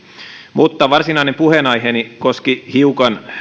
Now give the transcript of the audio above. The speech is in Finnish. mutta varsinainen puheenaiheeni koski hiukan